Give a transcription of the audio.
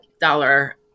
dollar